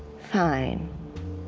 fine.